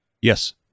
Yes